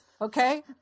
Okay